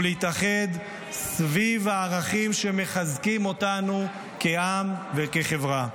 ולהתאחד סביב הערכים שמחזקים אותנו כעם וכחברה.